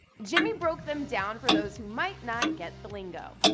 jimmy broke them down for those who might not get the lingo.